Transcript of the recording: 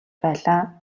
байлаа